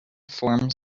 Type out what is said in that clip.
forms